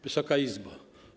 Wysoka Izbo!